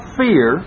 fear